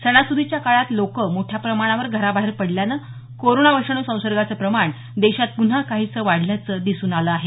सणासुदीच्या काळात लोकं मोठ्या प्रमाणावर घराबाहेर पडल्यानं कोरोना विषाणू संसर्गाचं प्रमाण देशात प्न्हा काहीसं वाढल्याचं दिसून आलं आहे